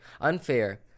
unfair